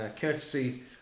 courtesy